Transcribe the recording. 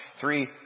Three